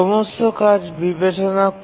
সমস্ত কাজ বিবেচনা করে